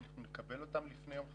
האם נקבל אותם לפני יום חמישי?